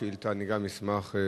השאילתא, אני גם אשמח לשמוע.